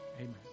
Amen